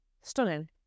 Stunning